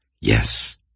Yes